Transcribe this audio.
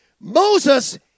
Moses